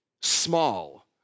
small